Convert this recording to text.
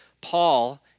Paul